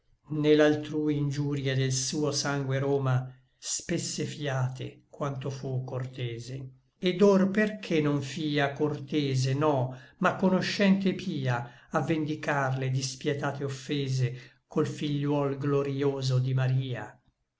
l'altrui ingiurie del suo sangue roma spesse fïate quanto fu cortese et or perché non fia cortese no ma conoscente et pia a vendicar le dispietate offese col figliuol glorïoso di maria